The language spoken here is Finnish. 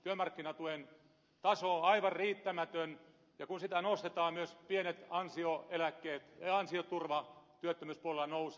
työmarkkinatuen taso on aivan riittämätön ja kun sitä nostetaan myös ansioturva työttömyyspuolella nousee